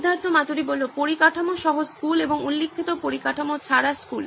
সিদ্ধার্থ মাতুরি পরিকাঠামো সহ স্কুল এবং উল্লিখিত পরিকাঠামো ছাড়া স্কুল